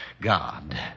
God